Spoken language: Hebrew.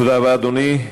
תודה רבה, אדוני.